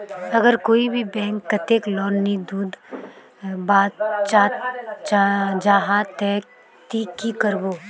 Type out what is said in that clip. अगर कोई भी बैंक कतेक लोन नी दूध बा चाँ जाहा ते ती की करबो?